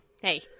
Hey